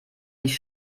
nicht